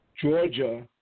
Georgia